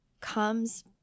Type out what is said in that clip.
comes